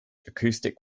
acoustic